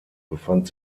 befand